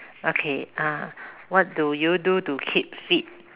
okay uh what do you do to keep fit